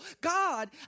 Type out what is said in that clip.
God